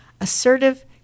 assertive